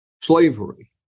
slavery